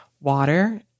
water